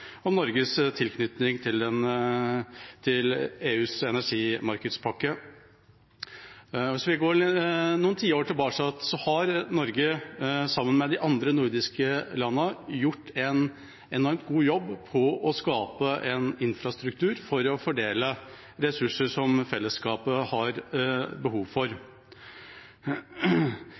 om Norges tilknytning til EUs energimarkedspakke. Hvis vi går noen tiår tilbake, har Norge sammen med de andre nordiske landene gjort en enormt god jobb med å skape en infrastruktur for å fordele ressurser som fellesskapet har behov for.